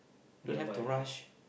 don't have to rush